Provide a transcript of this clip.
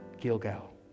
Gilgal